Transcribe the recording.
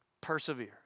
Persevere